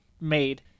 made